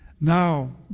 Now